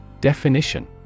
Definition